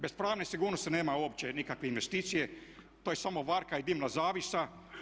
Bez pravne sigurnosti nema uopće nikakve investicije, to je samo varka i dimna zavjesa.